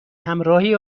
همراهی